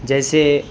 جیسے